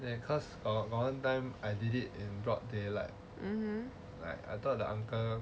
ya cause got one time I did it in broad daylight I thought that uncle